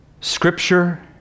scripture